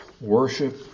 worship